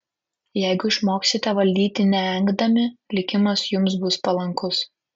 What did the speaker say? jeigu išmoksite valdyti neengdami likimas jums bus palankus